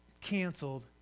canceled